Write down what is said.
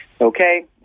Okay